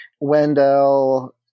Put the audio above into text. Wendell